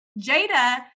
Jada